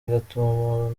bigatuma